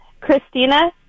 Christina